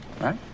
right